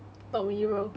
not me bro